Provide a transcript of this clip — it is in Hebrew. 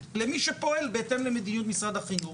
למי שפועל בהתאם למדיניות משרד החינוך.